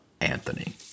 Anthony